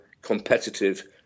competitive